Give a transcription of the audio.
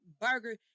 burger